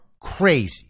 crazy